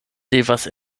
devas